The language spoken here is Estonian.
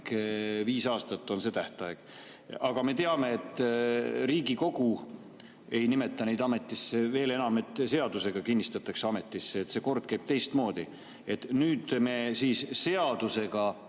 viis aastat on see tähtaeg. Aga me teame, et Riigikogu ei nimeta neid ametisse, veel enam, seadusega ei kinnitata neid ametisse. See kord käib teistmoodi. Nüüd me seadusega